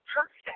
perfect